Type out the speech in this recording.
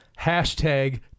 Hashtag